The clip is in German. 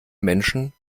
menschen